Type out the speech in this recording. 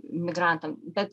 migrantam bet